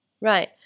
Right